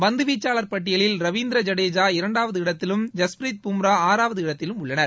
பந்துவீச்சாளர் பட்டியலில் ரவீந்திர ஐடேஜா இரண்டாவது இடத்திலும் ஐஸ்பிரிட் பும்ரா ஆறாவது இடத்திலும் உள்ளனர்